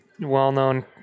well-known